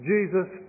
Jesus